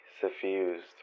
suffused